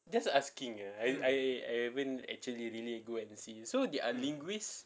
just asking ah I I I haven't actually really go and see so they are linguists